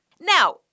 Now